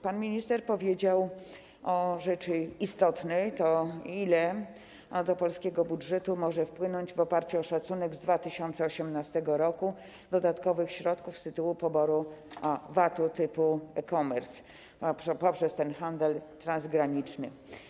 Pan minister powiedział o rzeczy istotnej, o tym, ile do polskiego budżetu może wpłynąć, w oparciu o szacunek z 2018 r., dodatkowych środków z tytułu poboru VAT-u typu e-commerce poprzez ten handel transgraniczny.